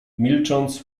milcząc